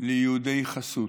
ליהודי חסות.